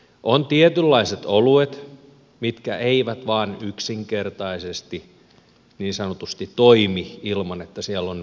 on tietynlaiset oluet jotka eivät vain yksinkertaisesti niin sanotusti toimi ilman että siellä on vahvuutta mukana